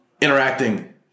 interacting